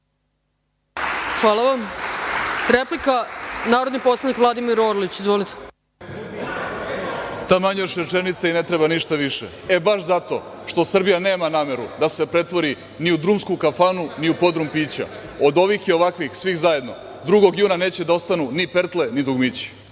Hvala vam. Reč ima narodni poslanik Vladimir Orlić, replika. Izvolite. **Vladimir Orlić** Taman još rečenica i ne treba ništa više. Baš zato što Srbija nema nameru da se pretvori ni u drumsku kafanu ni u podrum pića, od ovih i ovakvih, svih zajedno, 2. juna neće da ostanu ni pertle ni dugmići.